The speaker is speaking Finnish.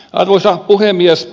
arvoisa puhemies